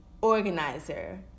organizer